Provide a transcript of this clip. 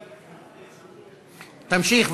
תמשיך,